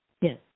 Yes